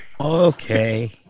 Okay